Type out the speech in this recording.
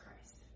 christ